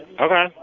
Okay